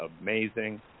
amazing